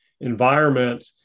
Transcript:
environment